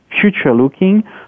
future-looking